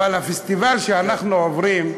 אבל הפסטיבל שאנחנו עוברים,